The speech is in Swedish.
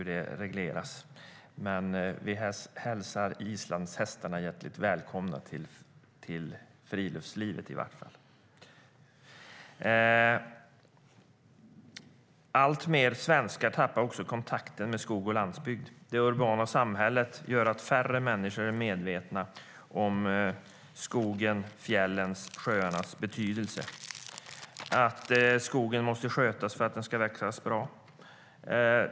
Jag vet inte hur det regleras, men vi hälsar i varje fall islandshästarna hjärtligt välkomna till friluftslivet. Allt fler svenskar tappar också kontakten med skog och landsbygd. Det urbana samhället leder till att färre människor är medvetna om skogens, fjällens och sjöarnas betydelse och om att skogen måste skötas för att den ska växa bra.